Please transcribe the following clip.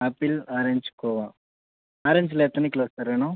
apple orange கோவா ஆரஞ்ச்யில் எத்தனை கிலோ சார் வேணும்